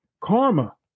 karma